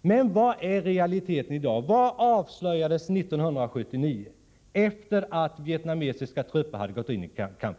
Men vad är realitet i dag? Vad avslöjades 1979, efter det att vietnamesiska trupper hade gått in i Kampuchea?